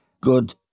good